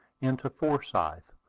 into forsyth,